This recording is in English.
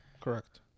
Correct